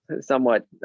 somewhat